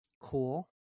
cool